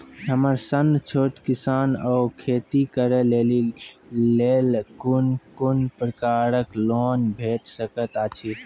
हमर सन छोट किसान कअ खेती करै लेली लेल कून कून प्रकारक लोन भेट सकैत अछि?